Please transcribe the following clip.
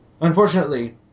Unfortunately